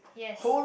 yes